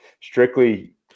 strictly